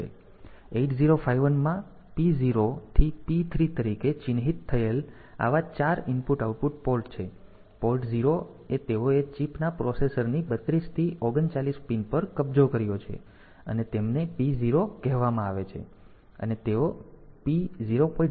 તેથી 8051 માં P0 થી P3 તરીકે ચિહ્નિત થયેલ આવા 4 IO પોર્ટ છે પોર્ટ 0 એ તેઓએ ચિપ ના પ્રોસેસર ની 32 થી 39 પિન પર કબજો કર્યો છે અને તેમને P0 કહેવામાં આવે છે